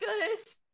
goodness